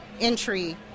entry